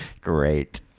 Great